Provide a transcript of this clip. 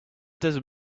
doesn’t